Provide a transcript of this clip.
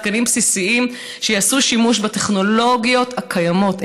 תקנים בסיסיים שיעשו שימוש בטכנולוגיות הקיימות.